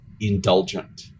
indulgent